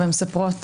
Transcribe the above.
ומספרות